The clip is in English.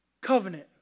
Covenant